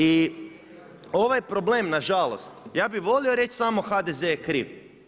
I ovaj problem nažalost, ja bih volio reći samo HDZ je kriv.